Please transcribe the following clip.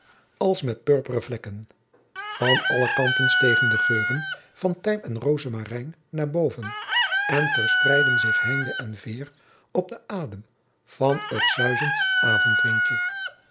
als met purperen vlekken van alle kanten stegen de geuren van thym en rozemarijn naar boven en verspreidden zich heinde en veer op den adem van het zuizend avondwindje